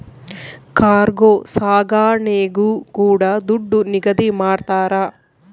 cargo ಸಾಗಣೆಗೂ ಕೂಡ ದುಡ್ಡು ನಿಗದಿ ಮಾಡ್ತರ